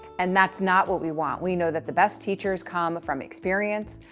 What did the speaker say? and that's not what we want. we know that the best teachers come from experience,